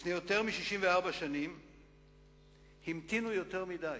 לפני יותר מ-64 שנים המתינו יותר מדי,